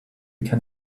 can